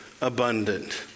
abundant